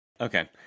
okay